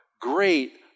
great